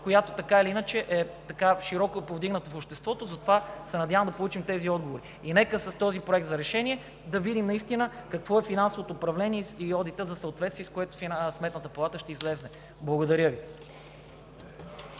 която е широко повдигната в обществото, затова се надявам да получим тези отговори. С този проект за решение нека да видим какво е финансовото управление и одитът за съответствие, с което Сметната палата ще излезе. Благодаря Ви.